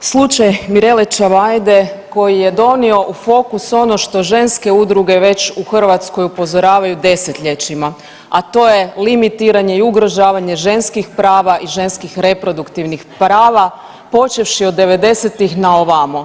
slučaj Mirele Čavajde koji je donio u fokus ono što ženske udruge već u Hrvatskoj upozoravaju desetljećima, a to je limitiranje i ugrožavanje ženskih prava i ženskih reproduktivnih prava počevši od devedesetih na ovo.